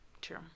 True